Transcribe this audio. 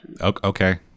Okay